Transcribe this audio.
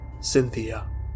Cynthia